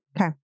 Okay